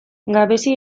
gabezi